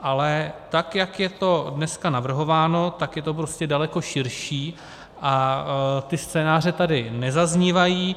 Ale tak jak je to dneska navrhováno, tak je to prostě daleko širší a ty scénáře tady nezaznívají.